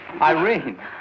Irene